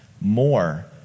more